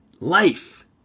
life